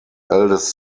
eldest